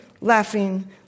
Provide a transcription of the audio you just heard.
laughing